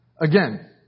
Again